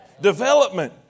development